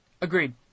Agreed